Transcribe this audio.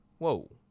Whoa